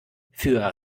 für